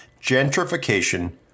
Gentrification